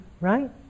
right